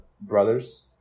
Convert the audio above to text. brothers